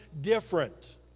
different